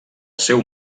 seu